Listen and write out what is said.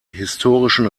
historischen